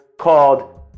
called